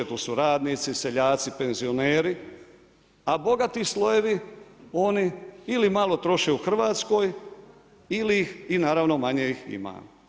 Tu su radnici, seljaci, penzioneri, a bogati slojevi oni ili malo troše u Hrvatskoj ili ih i naravno manje ih ima.